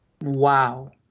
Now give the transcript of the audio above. Wow